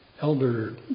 Elder